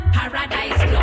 Paradise